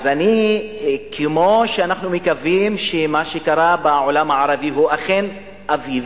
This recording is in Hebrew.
כמו שאנחנו מקווים שמה שקרה בעולם הערבי הוא אכן אביב,